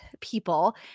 people